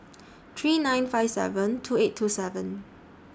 three nine five seven two eight two seven